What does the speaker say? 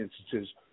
instances